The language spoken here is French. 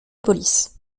police